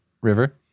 river